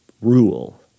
rule